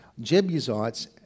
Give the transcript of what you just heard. Jebusites